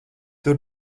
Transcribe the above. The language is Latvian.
tur